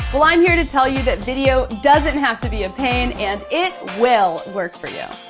well, i'm here to tell you that video doesn't have to be a pain, and it will work for you.